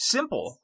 Simple